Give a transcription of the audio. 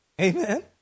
Amen